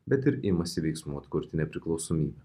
bet ir imasi veiksmų atkurti nepriklausomybę